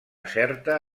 certa